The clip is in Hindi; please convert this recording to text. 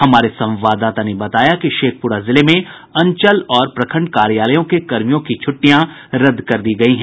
हमारे संवाददाता ने बताया कि शेखपुरा जिले में अंचल और प्रखंड कार्यालयों के कर्मियों की छुट्टियां रद्द कर दी गयी हैं